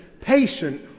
patient